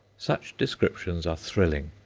such descriptions are thrilling,